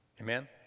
Amen